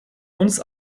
uns